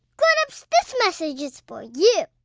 grown-ups, this message is for you